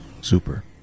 Super